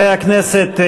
חברי הכנסת,